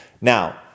now